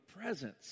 presence